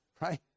right